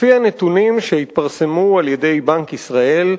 לפי הנתונים שהתפרסמו על-ידי בנק ישראל,